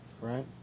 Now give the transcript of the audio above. right